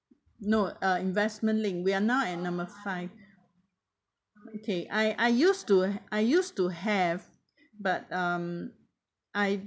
no uh investment link we are now at number five okay I I used to I used to have but um I